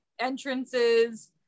Entrances